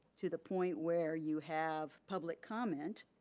to the point where you have public comment